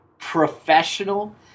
professional